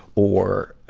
or,